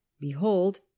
behold